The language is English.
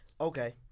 Okay